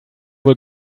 wohl